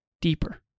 deeper